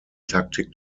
taktik